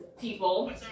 people